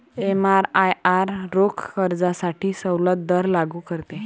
एमआरआयआर रोख कर्जासाठी सवलत दर लागू करते